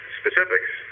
specifics